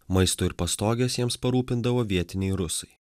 maisto ir pastoges jiems parūpindavo vietiniai rusai